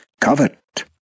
covet